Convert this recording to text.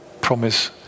promise